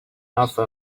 offer